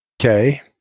Okay